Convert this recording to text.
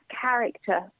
character